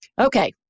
Okay